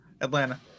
Atlanta